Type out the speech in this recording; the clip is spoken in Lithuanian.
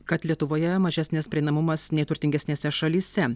kad lietuvoje mažesnis prieinamumas nei turtingesnėse šalyse